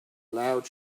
loud